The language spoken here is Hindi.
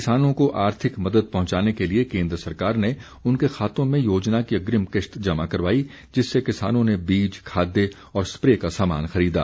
किसानों को आर्थिक मदद पहुंचाने के लिए केन्द्र सरकार ने उनके खातों में योजना की अग्रिम किश्त जमा करवाई जिससे किसानों ने बीज खाद्य और स्प्रे का सामान खरीदा